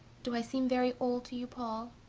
do i seem very old to you, paul?